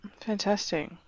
fantastic